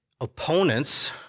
opponents